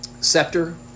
scepter